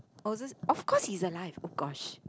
oh this of course he's alive of course